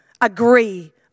agree